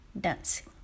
dancing